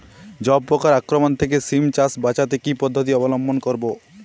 জাব পোকার আক্রমণ থেকে সিম চাষ বাচাতে কি পদ্ধতি অবলম্বন করব?